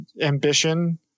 ambition